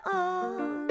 on